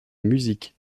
musique